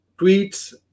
tweets